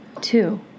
two